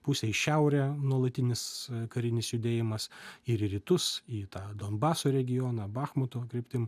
pusė į šiaurę nuolatinis karinis judėjimas ir į rytus į tą donbaso regioną bachmutovo kryptim